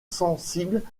sensibles